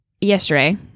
yesterday